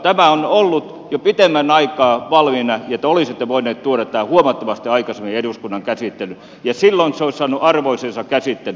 tämä on ollut jo pitemmän aikaa valmiina ja te olisitte voineet tuoda tämän huomattavasti aikaisemmin eduskunnan käsittelyyn ja silloin se olisi saanut arvoisensa käsittelyn